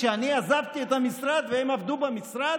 כשאני עזבתי את המשרד והם עבדו במשרד?